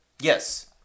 Yes